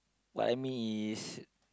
what I mean is